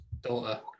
daughter